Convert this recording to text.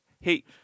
Hey